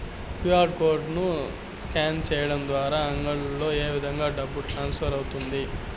QR code ను scan సేయడం ద్వారా అంగడ్లలో ఏ విధంగా డబ్బు ట్రాన్స్ఫర్ అవుతుంది